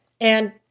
And-